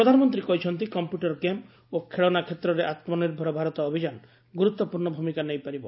ପ୍ରଧାନମନ୍ତ୍ରୀ କହିଛନ୍ତି computer game ଓ ଖେଳଣା କ୍ଷେତ୍ରରେ ଆତ୍ମନିର୍ଭର ଭାରତ ଅଭିଯାନ ଗୁରୁତ୍ୱପୂର୍ଣ୍ଣ ଭୂମିକା ନେଇପାରିବ